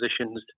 positions